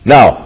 Now